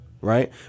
Right